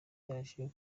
yaje